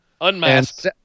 Unmasked